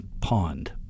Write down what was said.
pond